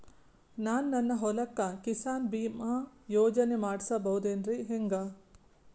ನಾನು ನನ್ನ ಹೊಲಕ್ಕ ಕಿಸಾನ್ ಬೀಮಾ ಯೋಜನೆ ಮಾಡಸ ಬಹುದೇನರಿ ಹೆಂಗ?